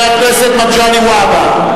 (קורא בשמות חברי הכנסת) זאב בילסקי,